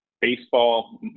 baseball